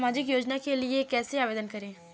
सामाजिक योजना के लिए कैसे आवेदन करें?